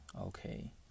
okay